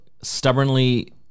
stubbornly